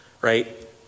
Right